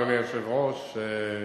אדוני היושב-ראש,